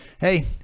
hey